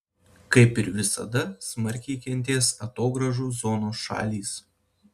kaip ir visada smarkiai kentės atogrąžų zonos šalys